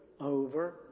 over